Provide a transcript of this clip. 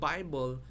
Bible